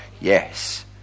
Yes